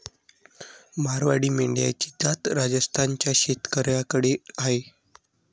मारवाडी मेंढ्यांची जात राजस्थान च्या शेतकऱ्याकडे आहे